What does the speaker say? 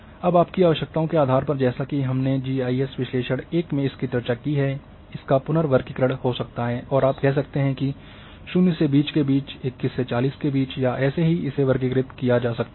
अब आपकी आवश्यकताओं के आधार पर जैसा कि हमने जी आई एस विश्लेषण 1 में इसकी चर्चा की है इसका पुनर्वर्गीकरण हो सकता है और आप यह कह सकते हैं कि यह 0 से 20 के बीच 21 से 40 के बीच या ऐसे ही इसे वर्गीकृत किया जा सकता है